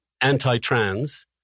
anti-trans